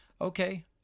Okay